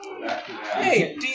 Hey